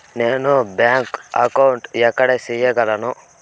నేను bank account ఎక్కడ సేయగలను